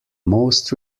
most